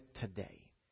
today